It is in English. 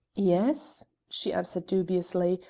yes? she answered dubiously,